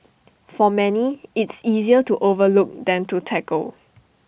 for many it's easier to overlook than to tackle